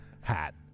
Hat